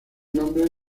nombre